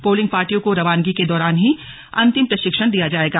polling पार्टियों को रवानगी के दौरान ही अंतिम प्रशिक्षण दिया जाएगा